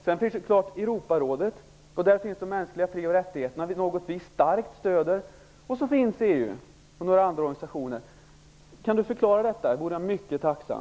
Sedan finns Europarådet och de mänskliga frioch rättigheterna, något vi starkt stöder, och så finns EU och några andra organisationer. Kan Marianne Samuelsson förklara detta vore jag mycket tacksam.